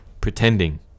pretending